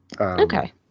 okay